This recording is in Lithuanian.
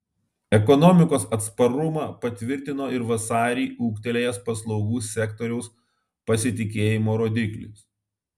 ekonomikos atsparumą patvirtino ir vasarį ūgtelėjęs paslaugų sektoriaus pasitikėjimo rodiklis